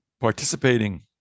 participating